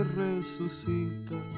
resucita